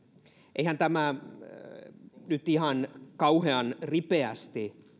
eihän tämä esitys nyt ihan kauhean ripeästi